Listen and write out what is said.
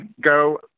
go